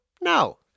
No